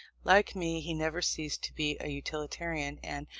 like me, he never ceased to be a utilitarian, and,